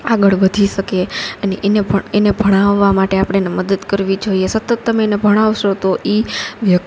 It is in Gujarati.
આગળ વધી શકે અને એને પણ એને ભણાવવા માટે આપણે એને મદદ કરવી જોઈએ સતત તમે એને ભણાવશો તો એ વ્યક્તિ